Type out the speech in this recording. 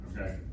okay